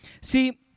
See